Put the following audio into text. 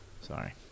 Sorry